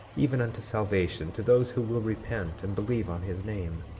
even unto salvation, to those who will repent and believe on his name.